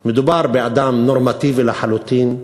מדובר באדם נורמטיבי לחלוטין,